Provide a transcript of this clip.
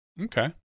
Okay